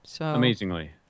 Amazingly